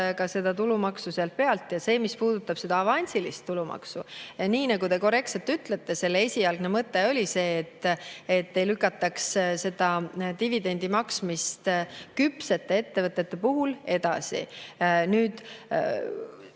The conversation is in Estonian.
maksad ka tulumaksu selle pealt. Mis puudutab seda avansilist tulumaksu, nii nagu te korrektselt ütlesite, siis selle esialgne mõte oli see, et ei lükataks seda dividendi maksmist küpsete ettevõtete puhul edasi. Kui